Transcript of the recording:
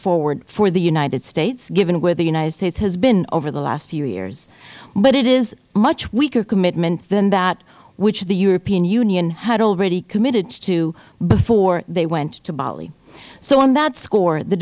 forward for the united states given where the united states has been over the last few years but it is a much weaker commitment than that which the european union had already committed to before they went to bali so on that score the